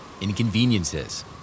inconveniences